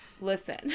Listen